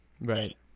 Right